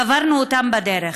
קברנו אותם בדרך.